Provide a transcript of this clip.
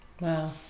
Wow